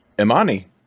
imani